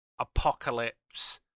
apocalypse